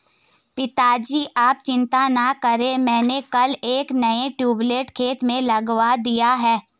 पिताजी आप चिंता ना करें मैंने कल एक नया ट्यूबवेल खेत में लगवा दिया है